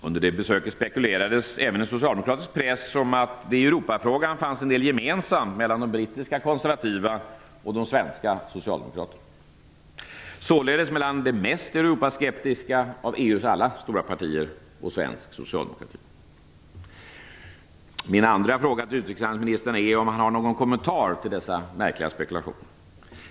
Under det besöket spekulerades även i socialdemokratisk press om att det i Europafrågan fanns en del gemensamt mellan de brittiska konservativa och de svenska socialdemokraterna - således mellan det mest Europaskeptiska av EU:s alla stora partier och svensk socialdemokrati. Min andra fråga till utrikeshandelsministern är om han har någon kommentar till dessa märkliga spekulationer.